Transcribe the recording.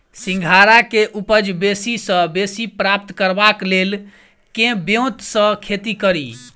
सिंघाड़ा केँ उपज बेसी सऽ बेसी प्राप्त करबाक लेल केँ ब्योंत सऽ खेती कड़ी?